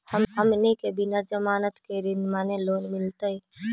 हमनी के बिना जमानत के ऋण माने लोन मिलतई?